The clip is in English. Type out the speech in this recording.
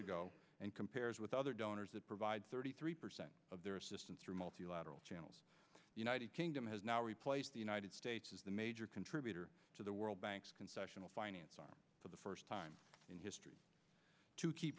ago and compares with other donors that provide thirty three percent of their assistance through multilateral channels the united kingdom has now replaced the united states as the major contributor to the world bank's concessional finance arm for the first time in history to keep